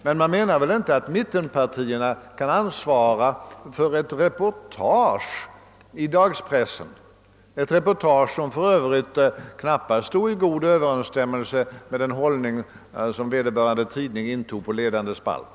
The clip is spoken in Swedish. Man menar väl ändå inte att mittenpartierna kan ansvara för ett reportage i dagspressen, ett reportage som för övrigt knappast stod i god överensstäm melse med den hållning vederbörande tidning intog på ledande plats.